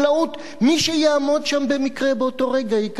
מי שיעמוד שם במקרה באותו רגע יקבל את האחריות